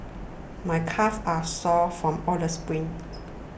my calves are sore from all the sprints